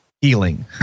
healing